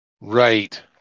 Right